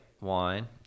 wine